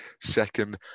second